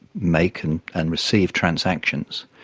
make and and receive transactions,